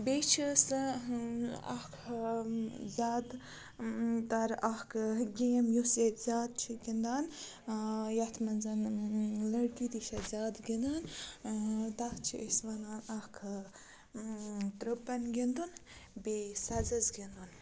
بیٚیہِ چھِ سہ اَکھ زیادٕ تَر اَکھ گیم یُس ییٚتہِ زیادٕ چھِ گِنٛدان یَتھ منٛز لٔڑکی تہِ چھِ زیادٕ گِنٛدان تَتھ چھِ أسۍ وَنان اَکھ تٕرٛپَن گِنٛدُن بیٚیہِ سَزس گِنٛدُن